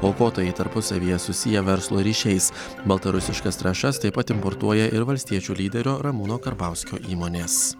aukotojai tarpusavyje susiję verslo ryšiais baltarusiškas trąšas taip pat importuoja ir valstiečių lyderio ramūno karbauskio įmonės